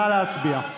נא להצביע.